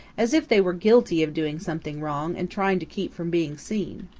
as if they were guilty of doing something wrong and trying to keep from being seen.